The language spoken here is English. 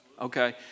Okay